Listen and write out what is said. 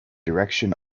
direction